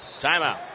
Timeout